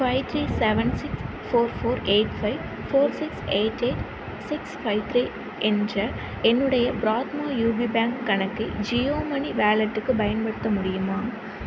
five three seven six four four eight five four six eight eight six five three என்ற என்னுடைய Prathama UP bank கணக்கை Jio money வாலெட்டுக்கு பயன்படுத்த முடியுமா